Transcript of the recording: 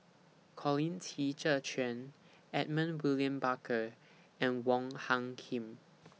Colin Qi Zhe Quan Edmund William Barker and Wong Hung Khim